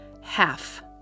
Half